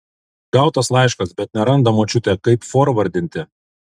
gautas laiškas bet neranda močiutė kaip forvardinti